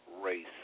race